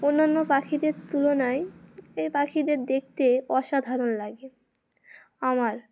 অন্যান্য পাখিদের তুলনায় এই পাখিদের দেখতে অসাধারণ লাগে আমার